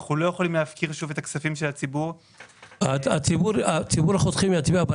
מותר לנו לפקפק ולעשות דיון ציבורי בשיקול הדעת של